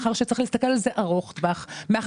מאחר שצריך להסתכל על זה באופן ארוך טווח ומאחר